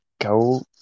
go